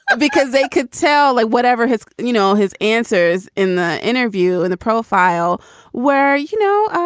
because they could tell like whatever his you know, his answers in the interview, in the profile were, you know,